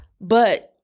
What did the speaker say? But-